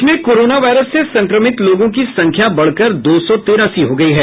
देश में corona virus से संक्रमित लोगों की संख्या बढकर दो सौ तिरासी हो गई है